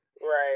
Right